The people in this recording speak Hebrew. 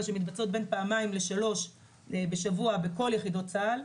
שמתבצעות בין פעמיים לשלוש בשבוע בכל יחידות צה"ל,